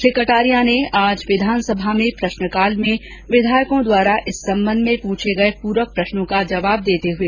श्री कटारिया ने आज विधानसभा में प्रश्नकाल में विधायकों द्वारा इस संबंध में पूछे गए पूरक प्रश्नों का जवाब दे रहे थे